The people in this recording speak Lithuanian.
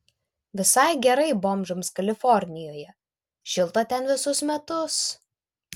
visai gerai bomžams kalifornijoje šilta ten visus metus